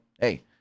hey